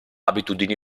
abitudini